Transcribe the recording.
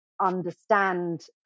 understand